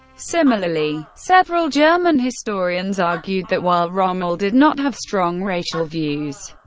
similarly, several german historians argued that while rommel did not have strong racial views,